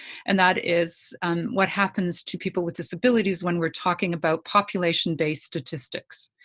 and that is what happens to people with disabilities when we're talking about population-based statistics.